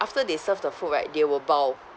after they serve the food right they will bow